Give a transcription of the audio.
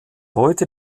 heute